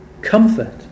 comfort